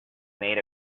made